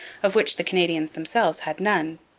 of which the canadians themselves had none.